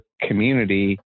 community